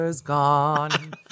gone